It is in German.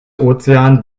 ozean